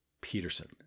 Peterson